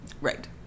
right